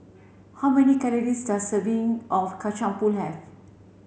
how many calories does a serving of Kacang Pool have